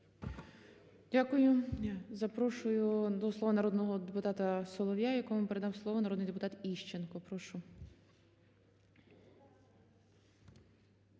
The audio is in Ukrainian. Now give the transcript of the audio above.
Дякую. Запрошую до слова народного депутата Солов'я, якому передав слово народний депутат Іщенко. Прошу.